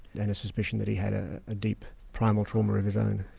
and a suspicion that he had ah a deep primal trauma of his own.